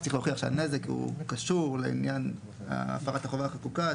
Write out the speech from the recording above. שצריך להוכיח שהנזק הוא קשור לעניין הפרת החובה החקוקה.